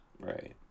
Right